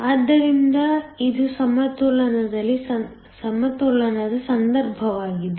ಆದ್ದರಿಂದ ಇದು ಸಮತೋಲನದ ಸಂದರ್ಭವಾಗಿದೆ